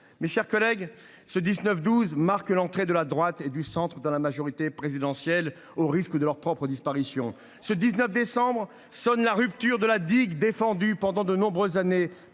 Mes chers collègues, ce 19 décembre marque l’entrée de la droite et du centre dans la majorité présidentielle, au risque de leur propre disparition. Ce 19 décembre sonne la rupture de la digue défendue pendant de nombreuses années